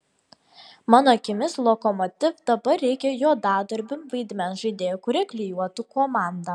mano akimis lokomotiv dabar reikia juodadarbių vaidmens žaidėjų kurie klijuotų komandą